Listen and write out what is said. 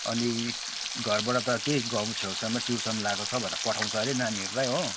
अनि घरबाट त त्यही गाउँ छेउछाउमै ट्युसन लाएको छ भनेर पठाउँछ हरे नानीहरूलाई हो